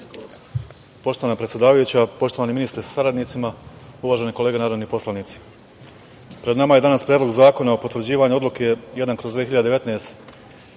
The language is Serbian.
Poštovana predsedavajuća, poštovani ministre sa saradnicima, uvažene kolege narodni poslanici, pred nama je danas Predlog zakona o potvrđivanju Odluke 1/2019